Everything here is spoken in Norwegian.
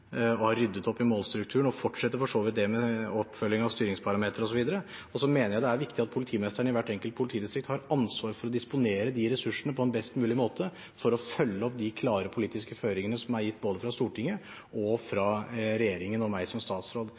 og har ryddet opp i målstrukturen og fortsetter for så vidt det med oppfølging av styringsparametere osv. Og jeg mener det er viktig at politiministeren i hvert enkelt politidistrikt har ansvaret for å disponere de ressursene på en best mulig måte for å følge opp de klare politiske føringene som er gitt både fra Stortinget og fra regjeringen og meg som statsråd.